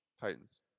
Titans